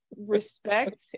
respect